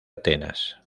atenas